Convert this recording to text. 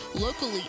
locally